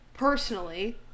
Personally